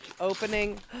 opening